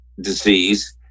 disease